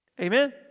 Amen